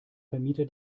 vermieter